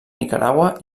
nicaragua